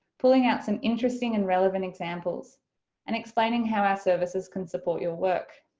pulling out some interesting and relevant examples and explaining how our services can support your work.